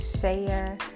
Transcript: share